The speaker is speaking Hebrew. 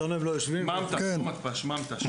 ממת"ש ולא מתפ"ש.